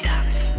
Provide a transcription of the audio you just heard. Dance